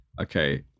Okay